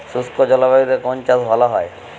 শুষ্ক জলবায়ুতে কোন চাষ ভালো হয়?